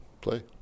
play